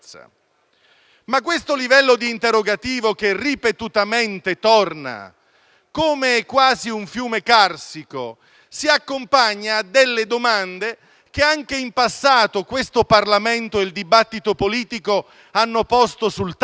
Ma questo livello di interrogativo che ripetutamente torna, come quasi un fiume carsico, si accompagna a domande che anche in passato questo Parlamento e il dibattito politico hanno posto sul tavolo.